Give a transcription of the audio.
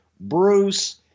Bruce